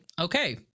okay